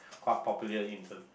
quite popular in the